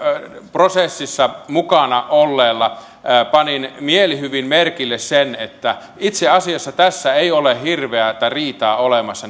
prosessissa mukana olleena panin mielihyvin merkille sen että itse asiassa tässä ei ole hirveätä riitaa olemassa